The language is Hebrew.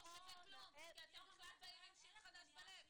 שווה כלום כי אתם בכלל באים עם שיר חדש בלב.